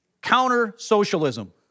counter-socialism